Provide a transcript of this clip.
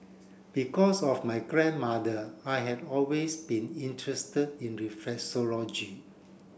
because of my grandmother I had always been interested in reflexology